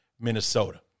Minnesota